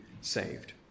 saved